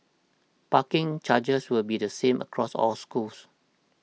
parking charges will be the same across all schools